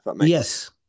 Yes